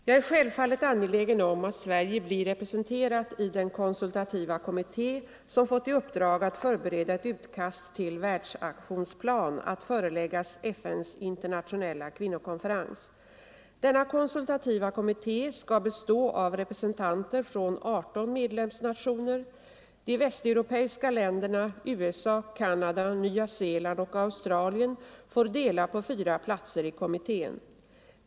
Jag är självfallet angelägen om att Sverige blir representerat i den konsultativa kommitté som fått i uppdrag att förbereda ett utkast till Världsaktionsplan att föreläggas FN:s internationella kvinnokonferens. Denna konsultativa kommitté skall bestå av representanter från 18 medlemsnationer. De västeuropeiska länderna, USA, Canada, Nya Zeeland och Australien får dela på fyra platser i kommittén.